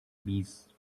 bees